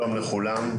שלום לכולם,